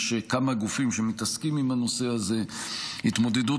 יש כמה גופים שמתעסקים עם הנושא הזה: התמודדות